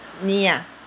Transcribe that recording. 你 ah